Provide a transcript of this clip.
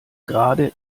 gerade